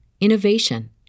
innovation